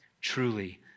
Truly